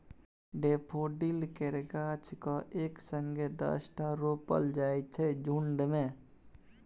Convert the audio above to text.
daffodil केर गाछ केँ एक संगे दसटा रोपल जाइ छै झुण्ड मे